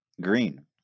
green